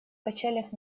качелях